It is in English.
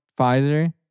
Pfizer